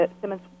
Simmons